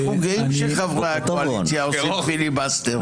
אנחנו גאים שחברי הקואליציה עושים פיליבסטר.